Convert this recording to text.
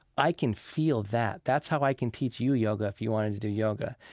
i can feel that. that's how i can teach you yoga if you wanted to do yoga,